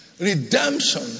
redemption